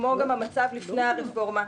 כמו גם המצב לפני הרפורמה,